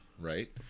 Right